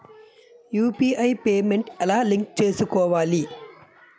UPI payment ఎలా link చేసుకోవాలి?